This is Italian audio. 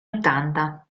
ottanta